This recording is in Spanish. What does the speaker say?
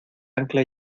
ancla